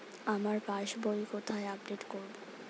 আমার পাস বই কোথায় আপডেট করব?